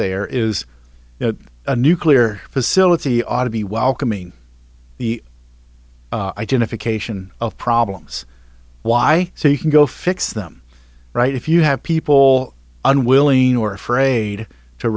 there is a nuclear facility ought to be welcoming the identification of problems why so you can go fix them right if you have people unwilling or afraid to